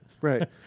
Right